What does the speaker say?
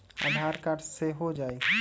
आधार card से हो जाइ?